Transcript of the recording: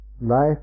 Life